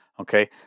okay